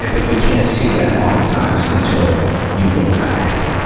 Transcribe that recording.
and but you can't see that oftentimes until you look back.